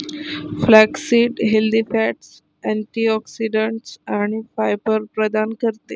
flaxseed healthy fats, antioxidants आणि fibre प्रदान करते